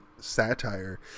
satire